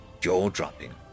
jaw-dropping